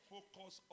Focus